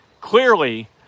clearly